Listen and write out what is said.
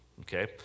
Okay